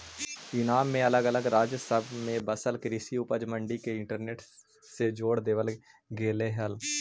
ईनाम में अलग अलग राज्य सब में बसल कृषि उपज मंडी के इंटरनेट से जोड़ देबल गेलई हे